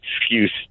excuse